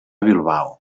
bilbao